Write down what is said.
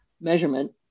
measurement